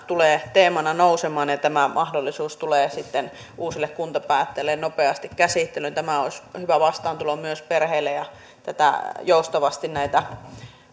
tulee teemana nousemaan ja tämä mahdollisuus tulee sitten uusille kuntapäättäjille nopeasti käsittelyyn tämä olisi hyvä vastaantulo myös perheille ja joustavasti näitä